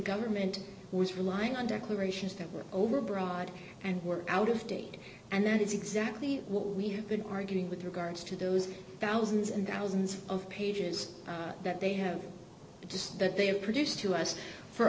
government was relying on declarations that were overbroad and were out of date and that is exactly what we have been arguing with regards to those thousands and thousands of pages that they have just that they have produced to us for